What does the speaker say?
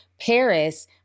Paris